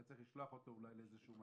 היה צריך לשלוח אותו אולי לאיזשהו מקום,